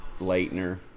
Leitner